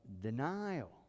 denial